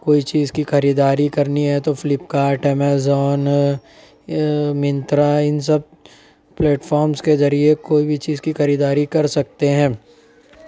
کوئی چیز کی خریداری کرنی ہے تو فلپکارٹ امیزون منترا ان سب پلیٹفامس کے ذریعہ کوئی بھی چیز کی خریداری کر سکتے ہیں